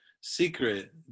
secret